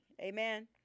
amen